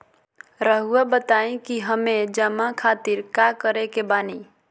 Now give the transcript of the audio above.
रहुआ बताइं कि हमें जमा खातिर का करे के बानी?